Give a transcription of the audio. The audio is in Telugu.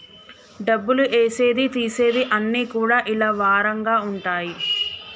డబ్బులు ఏసేది తీసేది అన్ని కూడా ఇలా వారంగా ఉంటయి